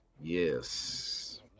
Yes